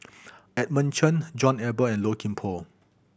Edmund Chen John Eber and Low Kim Pong